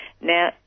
Now